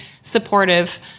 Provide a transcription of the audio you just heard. supportive